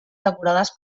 decorades